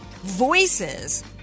voices